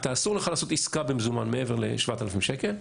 אסור לך לעשות עסקה במזומן מעבר ל-7,000 שקל,